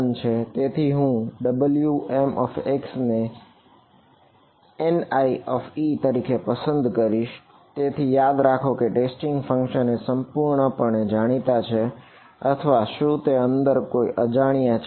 તેથી હું Wmx ને Nie તરીકે પસંદ કરીશ તેથી યાદ રાખો કે ટેસ્ટિંગ ફંક્શન એ સંપૂર્ણપણે જાણીતા છે અથવા શું તેની અંદર કોઈ અજાણ્યા છે